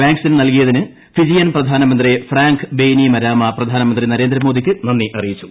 vaccine നൽകിയതിന് Fijian പ്രധാനമന്ത്രി Frank Bainimarama പ്രധാനമന്ത്രി നരേന്ദ്രമോദിക്ക് നന്ദി അറിയിച്ചു